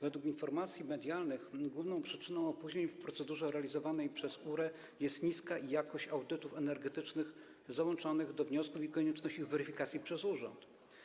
Według informacji medialnych główną przyczyną opóźnień w procedurze realizowanej przez URE jest niska jakość audytów energetycznych załączanych do wniosków i konieczność ich weryfikacji przez urząd.